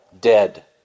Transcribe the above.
dead